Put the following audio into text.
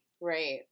Right